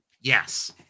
Yes